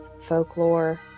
folklore